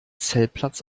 zeltplatz